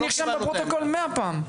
זה נרשם בפרוטוקול מאה פעמים.